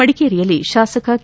ಮಡಿಕೇರಿಯಲ್ಲಿ ಶಾಸಕ ಕೆ